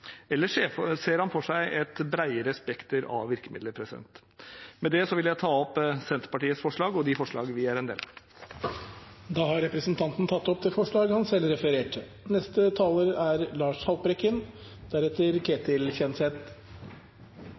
ser han for seg et bredere spekter av virkemidler? Med det vil jeg ta opp Senterpartiets forslag. Representanten Ole André Myhrvold har tatt opp det forslaget han refererte til. Energieffektivisering er